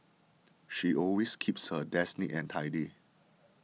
she always keeps her desk neat and tidy